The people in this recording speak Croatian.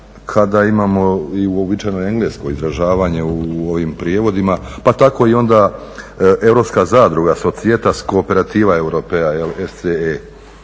kada imamo i uobičajeno englesko izražavanje u ovim prijevodima pa tako i onda Europska zadruga societas cooperativa europea SCE.